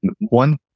One